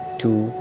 two